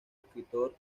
escritor